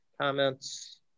comments